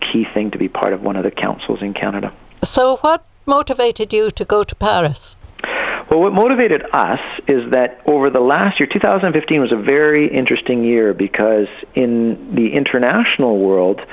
key thing to be part of one of the councils in canada so what motivated you to go to paris well what motivated us is that over the last year two thousand and fifteen was a very interesting year because in the international world